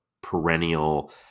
perennial